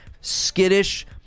skittish